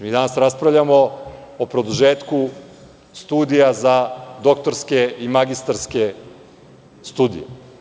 Mi danas raspravljamo o produžetku studija za doktorske i magistarske studije.